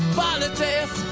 politics